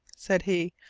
said he,